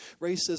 racism